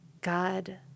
God